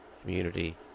community